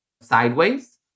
sideways